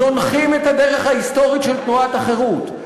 זונחים את הדרך ההיסטורית של תנועת החרות.